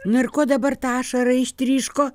na ir ko dabar ta ašara ištryško